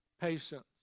Patience